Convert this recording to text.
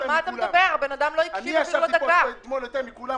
אלא 40% משכר המינימום.